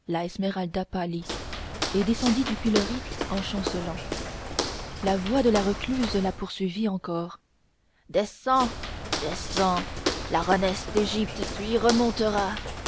et descendit du pilori en chancelant la voix de la recluse la poursuivit encore descends descends larronnesse d'égypte tu y remonteras